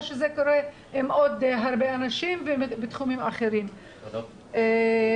שזה מה שקורה לעוד הרבה אנשים בתחומים אחרים למשל,